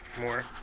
more